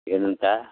ಏನಂತ